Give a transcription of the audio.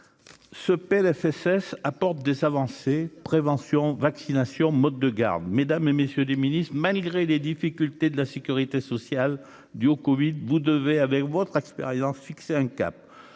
ce PLFSS apporte des avancées prévention vaccination mode de garde, mesdames et messieurs les ministres, malgré les difficultés de la sécurité sociale due au Covid, vous devez avec votre expérience, fixer un cap